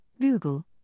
Google